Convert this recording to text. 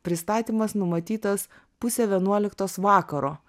pristatymas numatytas pusę vienuoliktos vakaro